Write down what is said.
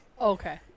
Okay